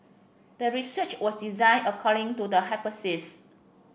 the research was designed according to the hypothesis